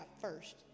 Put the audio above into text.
first